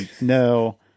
No